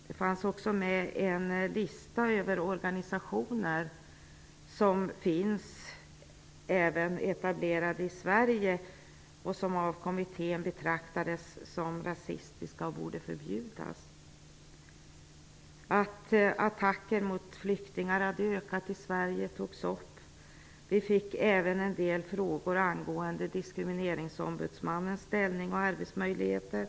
Det fanns också med en lista över organisationer som även finns etablerade i Sverige och som av kommittén betraktades som rasistiska och borde förbjudas. Det togs också upp att attacker mot flyktingar hade ökat i Sverige. Vi fick även en del frågor angående Diskrimineringsombudsmannens ställning och arbetsmöjligheter.